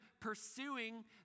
pursuing